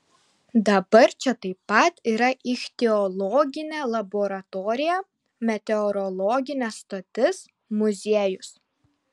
dabar čia taip pat yra ichtiologinė laboratorija meteorologinė stotis muziejus